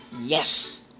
Yes